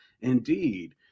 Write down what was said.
indeed